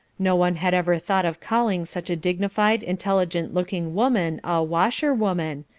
no one had ever thought of calling such a dignified, intelligent-looking woman a washer-woman,